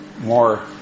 more